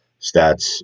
stats